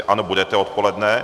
Ano, budete odpoledne.